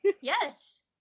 Yes